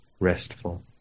restful